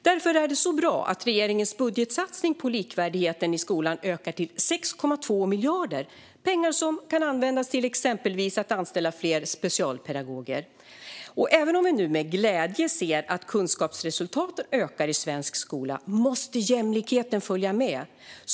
Därför är det så bra att regeringens budgetsatsning på likvärdigheten i skolan ökar till 6,2 miljarder - pengar som exempelvis kan användas till att anställa fler specialpedagoger. Även om vi nu med glädje ser att kunskapsresultaten ökar i svensk skola måste jämlikheten följa med.